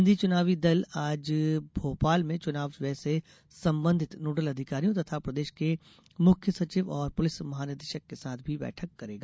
केंद्रीय चुनावी दल आज भोपाल में चुनाव व्यय से संबंधित नोडल अधिकारियों तथा प्रदेश के मुख्य सचिव और पुलिस महानिदेशक के साथ भी बैठक करेगा